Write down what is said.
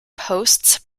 posts